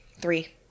Three